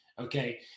okay